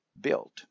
built